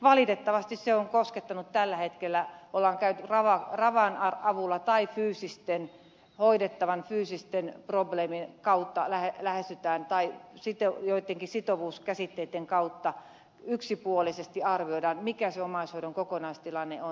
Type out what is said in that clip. valitettavasti tällä hetkellä on lähestytty rava pisteiden avulla tai hoidettavan fyysisten probleemien kautta tai sitten joittenkin sitovuuskäsitteitten kautta yksipuolisesti arvioidaan mikä se omaishoidon kokonaistilanne on